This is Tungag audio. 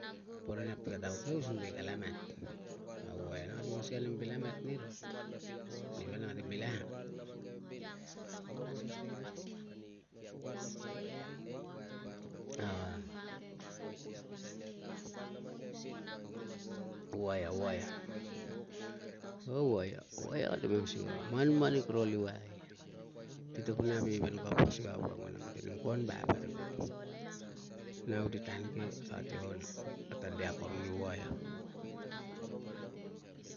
Boro inap tika tauke using vai kala mat, a waia nang kate mang sikei a nem vil a mat nira, nia vanang kate bilangang. a waia, waia o waia, waia kate mang sikei a manmanik ro luai, ti to kun aiveven kapa using a wang nang kate igenen kon vap arigek. Nau ti tan ke ate ol, ate de akorong ni waia.